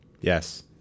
Yes